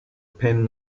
pen